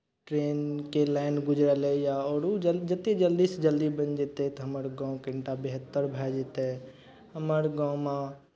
ट्रेनके लाइन गुजरलैए आओर ओ जतेक जल्दीसँ जल्दी बनि जेतै तऽ हमर गाँवके कनि टा बेहतर भए जेतै हमर गाँवमे